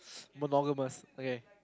monogamous okay